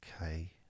okay